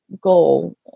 goal